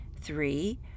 Three